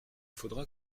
faudra